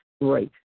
right